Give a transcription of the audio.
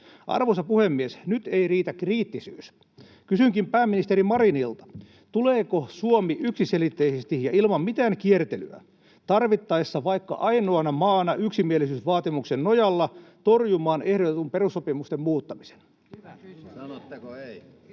Arvoisa puhemies! Nyt ei riitä kriittisyys. Kysynkin pääministeri Marinilta: tuleeko Suomi yksiselitteisesti ja ilman mitään kiertelyä, tarvittaessa vaikka ainoana maana yksimielisyysvaatimuksen nojalla, torjumaan ehdotetun perussopimusten muuttamisen?